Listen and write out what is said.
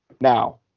now